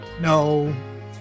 No